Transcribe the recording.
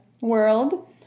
world